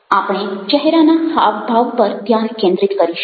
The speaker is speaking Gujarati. આપણે ચહેરાના હાવભાવ પર ધ્યાન કેન્દ્રિત કરીશું